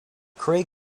craig